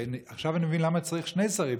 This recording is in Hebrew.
עכשיו אני מבין למה צריך שני שרי ביטחון,